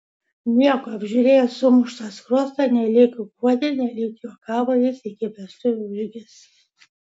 nieko apžiūrėjęs sumuštą skruostą nelyg guodė nelyg juokavo jis iki vestuvių užgis